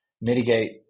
mitigate